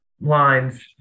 lines